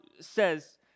says